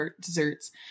desserts